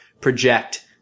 project